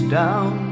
down